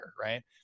Right